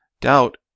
doubt